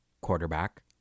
quarterback